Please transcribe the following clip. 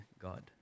god